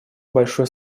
большей